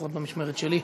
לפחות במשמרת שלי.